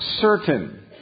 certain